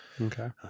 okay